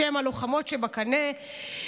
שהן הלוחמות שבקנה,